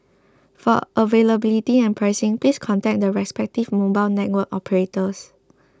for availability and pricing please contact the respective mobile network operators